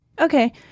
Okay